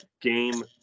game